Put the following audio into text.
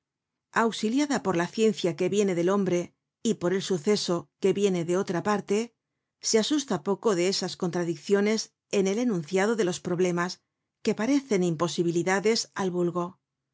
auxiliada por la ciencia que viene del hombre y por el suceso que viene de otra parte se asusta poco de esas contradicciones en el enunciado de los problemas que parecen imposibilidades al vulgo